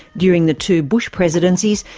during the two bush presidencies,